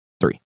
Three